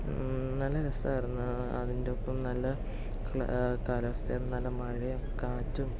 നല്ല രസ്സമായിരുന്നു അതിന്റെ ഒപ്പം നല്ല കാലാവസ്ഥയും നല്ല മഴയും കാറ്റും